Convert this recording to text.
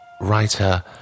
writer